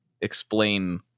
explain